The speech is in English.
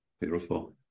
Beautiful